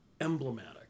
emblematic